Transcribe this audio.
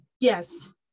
yes